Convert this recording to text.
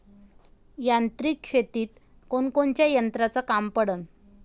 यांत्रिक शेतीत कोनकोनच्या यंत्राचं काम पडन?